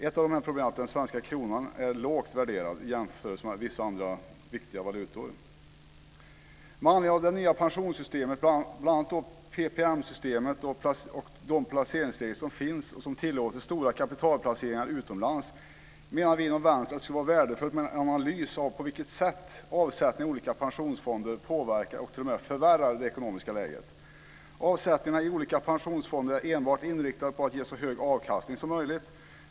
Ett sådant problem är att den svenska kronan är lågt värderad jämfört med vissa andra viktiga valutor. PPM-systemet och de placeringsregler som tillåter stora kapitalplaceringar utomlands, menar vi inom Vänstern att det skulle vara värdefullt med en analys av på vilket sätt avsättning i olika pensionsfonder påverkar och t.o.m. förvärrar det ekonomiska läget. Avsättningarna i olika pensionsfonder är enbart inriktade på att ge så hög avkastning som möjligt.